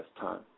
time